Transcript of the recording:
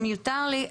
לא רק זה,